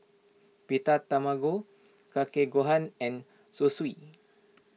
Pita Tamago Kake Gohan and Zosui